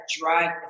drive